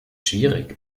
schwierig